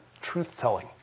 truth-telling